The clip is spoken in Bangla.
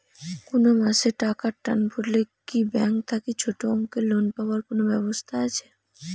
কুনো মাসে টাকার টান পড়লে কি ব্যাংক থাকি ছোটো অঙ্কের লোন পাবার কুনো ব্যাবস্থা আছে?